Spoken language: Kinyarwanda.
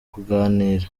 kuganira